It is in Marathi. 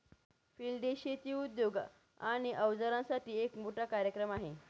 फिल्ड डे शेती उद्योग आणि अवजारांसाठी एक मोठा कार्यक्रम आहे